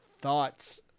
thoughts